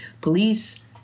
police